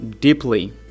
deeply